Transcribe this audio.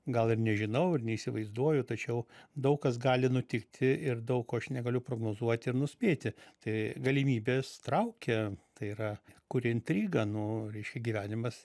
gal ir nežinau ir neįsivaizduoju tačiau daug kas gali nutikti ir daug ko aš negaliu prognozuoti ir nuspėti tai galimybės traukia tai yra kuria intrigą nu reiškia gyvenimas